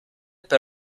per